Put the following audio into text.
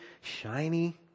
shiny